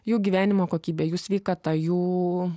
jų gyvenimo kokybė jų sveikata jų